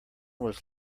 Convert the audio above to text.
was